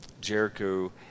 Jericho